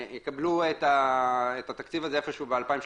יקבלו את התקציב הזה איפשהו ב-2036.